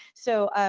so,